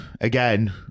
again